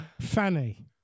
Fanny